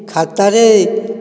ଖାତାରେ